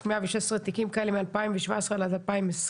116 תיקים כאלה מ-2017 עד 2020,